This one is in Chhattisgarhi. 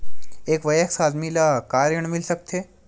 एक वयस्क आदमी ल का ऋण मिल सकथे?